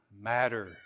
matter